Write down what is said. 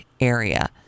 area